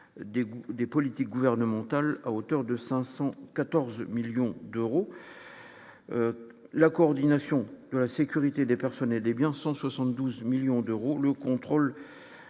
des politiques gouvernementales à hauteur de 514 millions d'euros, la coordination de la sécurité des personnes et des biens, 172 millions d'euros